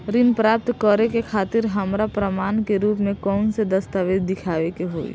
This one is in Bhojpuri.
ऋण प्राप्त करे के खातिर हमरा प्रमाण के रूप में कउन से दस्तावेज़ दिखावे के होइ?